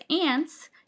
ants